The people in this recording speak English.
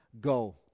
go